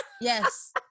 yes